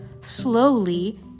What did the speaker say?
Slowly